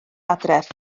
adref